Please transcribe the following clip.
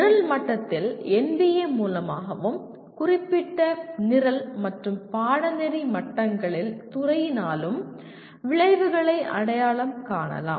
நிரல் மட்டத்தில் NBA மூலமாகவும் குறிப்பிட்ட நிரல் மற்றும் பாடநெறி மட்டங்களில் துறையினாலும் விளைவுகளை அடையாளம் காணலாம்